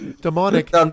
Demonic